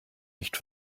nicht